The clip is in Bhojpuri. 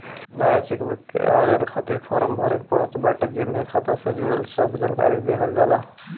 नया चेकबुक के आवेदन खातिर फार्म भरे के पड़त बाटे जेमे खाता से जुड़ल सब जानकरी देहल जाला